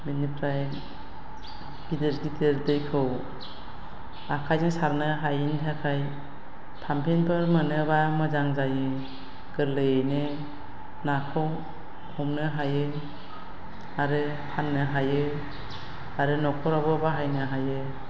बिनिफ्राय गिदिर गिदिर दैखौ आखाइजों सारनो हायिनि थाखाय पाम्पिंफोर मोनोब्ला मोजां जायो गोरलैयैनो नाखौ हमनो हायो आरो फाननो हायो आरो न'खरावबो बाहायनो हायो